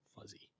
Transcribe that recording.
Fuzzy